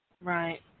Right